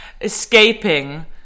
escaping